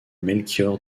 melchior